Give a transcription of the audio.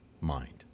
mind